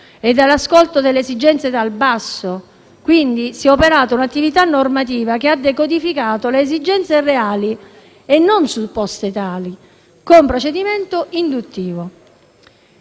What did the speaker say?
e dall'ascolto delle esigenze dal basso. Quindi, si è operata un'attività normativa che ha decodificato esigenze reali e non supposte tali, con procedimento induttivo.